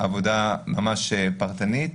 עבודה ממש פרטנית.